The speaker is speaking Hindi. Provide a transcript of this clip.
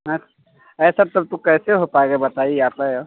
हाँ अरे तब तक तो कैसे हो पाएगा बताइए आपै